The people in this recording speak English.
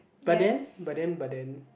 but then but then but then